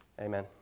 amen